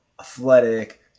athletic